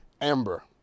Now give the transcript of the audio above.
Amber